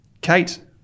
Kate